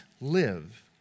live